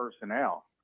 personnel